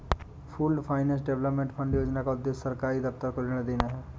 pooled finance development fund योजना का उद्देश्य सरकारी दफ्तर को ऋण देना है